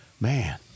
Man